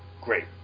great